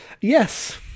yes